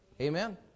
Amen